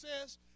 says